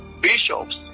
Bishops